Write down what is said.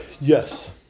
Yes